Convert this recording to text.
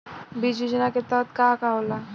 बीज योजना के तहत का का होला?